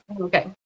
okay